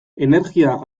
energia